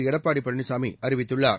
எடப்பாடிபழனிசாமி அறிவித்துள்ளார்